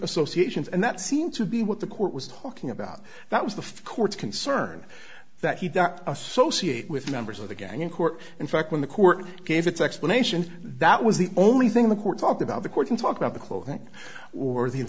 associations and that seemed to be what the court was talking about that was the court's concern that he associate with members of the gang in court in fact when the court gave its explanation that was the only thing the court talked about the court didn't talk about the clothing or the